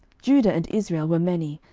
judah and israel were many,